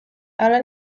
ale